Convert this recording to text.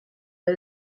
but